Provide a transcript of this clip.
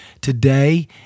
Today